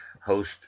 host